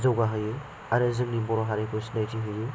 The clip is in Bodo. जौगा होयो आरो जोंनि बर' हारिखौ सिनायथि होयो